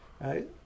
Right